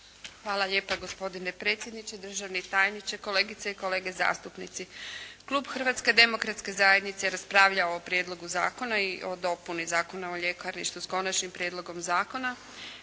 Hvala lijepa gospodine predsjedniče, državni tajniče, kolegice i kolege zastupnici. Klub Hrvatske demokratske zajednice je raspravljao o Prijedlogu zakona i o dopuni Zakona o ljekarništvu s Konačnim prijedlogom zakona.